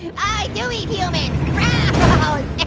i do eat humans crap but ah ah